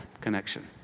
connection